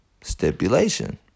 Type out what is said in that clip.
stipulation